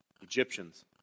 Egyptians